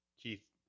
Keith